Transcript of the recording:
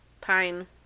Pine